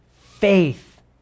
faith